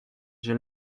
j’ai